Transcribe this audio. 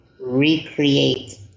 recreate